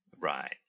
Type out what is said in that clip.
Right